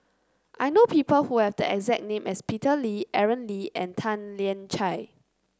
I know people who have the exact name as Peter Lee Aaron Lee and Tan Lian Chye